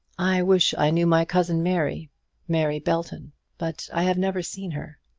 i wish i knew my cousin mary mary belton but i have never seen her.